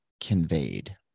conveyed